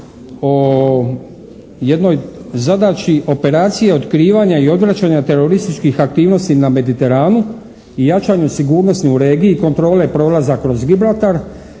o jednoj zadaći operacije otkrivanja i odvraćanja terorističkih aktivnosti na Mediteranu i jačanju sigurnosti u regiji, kontrole prolaza kroz Gibraltar